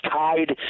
tied